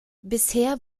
bisher